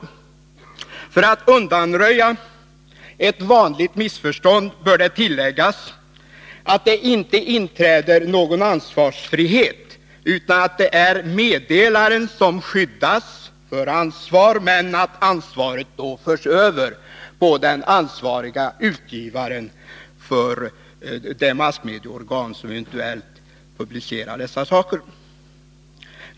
För att undanröja ett vanligt missförstånd bör det tilläggas att det inte inträder någon ansvarsfrihet. Meddelaren skyddas från ansvaret, men det förs över på den ansvarige utgivaren av det massmedieorgan som eventuellt publicerar dessa saker.